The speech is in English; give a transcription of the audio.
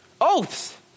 oaths